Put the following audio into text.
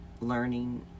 learning